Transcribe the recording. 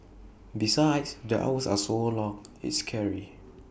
besides the hours are so long it's scary